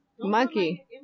monkey